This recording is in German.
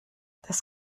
das